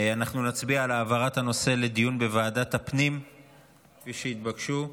אנחנו נצביע על העברת הנושא לדיון בוועדת הפנים כפי שהתבקשו.